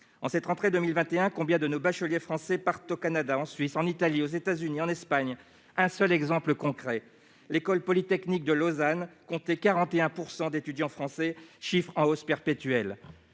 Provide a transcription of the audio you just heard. En cette rentrée 2021, combien de nos bacheliers français partent au Canada, en Suisse, en Italie, aux États-Unis, en Espagne ? Je donnerai un seul exemple concret : l'École polytechnique de Lausanne compte 41 % d'étudiants français, un chiffre en hausse perpétuelle.